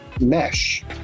mesh